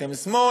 אתם שמאל,